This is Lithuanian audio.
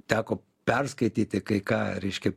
teko perskaityti kai ką reiškia